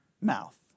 mouth